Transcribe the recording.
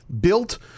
built